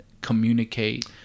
communicate